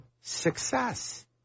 success